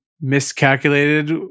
miscalculated